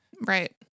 Right